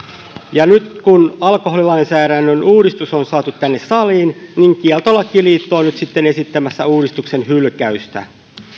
ja nyt kun alkoholilainsäädännön uudistus on saatu tänne saliin niin kieltolakiliitto on nyt sitten esittämässä uudistuksen hylkäystä